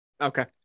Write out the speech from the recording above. okay